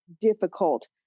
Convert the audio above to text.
difficult